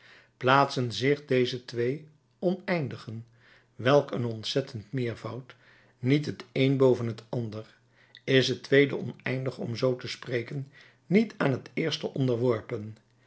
plaatsen zich deze twee oneindigen welk een ontzettend meervoud niet het een boven het ander is het tweede oneindige om zoo te spreken niet aan het eerste onderworpen